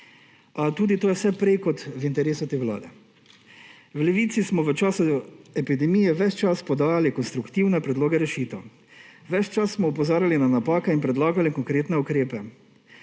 Tudi to je vse prej kot v interesu te vlade. V Levici smo v času epidemije ves čas podajali konstruktivne predlog rešitev, ves čas smo opozarjali na napake in predlagali konkretne ukrepe,